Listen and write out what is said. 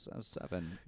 seven